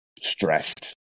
stressed